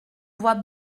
voix